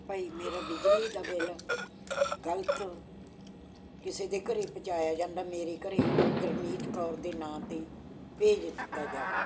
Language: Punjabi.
ਭਾਈ ਮੇਰਾ ਬਿਜਲੀ ਦਾ ਬਿੱਲ ਗਲਤ ਕਿਸੇ ਦੇ ਘਰ ਪਹੁੰਚਾਇਆ ਜਾਂਦਾ ਮੇਰੇ ਘਰ ਗੁਰਮੀਤ ਕੌਰ ਦੇ ਨਾਂ 'ਤੇ ਭੇਜ ਦਿੱਤਾ ਜਾਵੇ